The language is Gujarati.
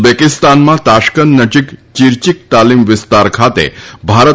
ઉઝબેકિસ્તાનમાં તાશ્કંદ નજીક ચીરચીક તાલીમ વિસ્તાર ખાતે ભારત